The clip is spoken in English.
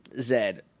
Zed